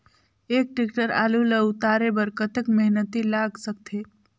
एक टेक्टर आलू ल उतारे बर कतेक मेहनती लाग सकथे?